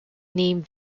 name